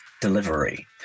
delivery